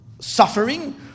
suffering